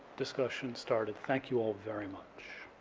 discussion started. thank you all very much.